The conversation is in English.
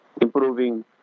Improving